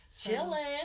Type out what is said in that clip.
chilling